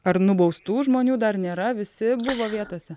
ar nubaustų žmonių dar nėra visi buvo vietose